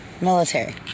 military